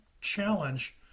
challenge